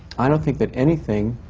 i don't think that anything